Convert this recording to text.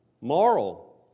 Moral